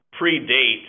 predate